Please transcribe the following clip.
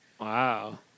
wow